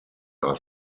are